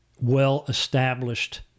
well-established